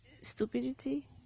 stupidity